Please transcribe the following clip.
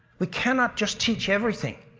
we cannot just teach everything.